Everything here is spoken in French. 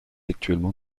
actuellement